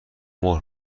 مهر